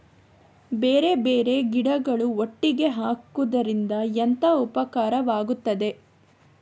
ಬೇರೆ ಬೇರೆ ಗಿಡಗಳು ಒಟ್ಟಿಗೆ ಹಾಕುದರಿಂದ ಎಂತ ಉಪಕಾರವಾಗುತ್ತದೆ?